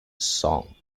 song